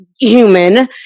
human